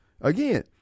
again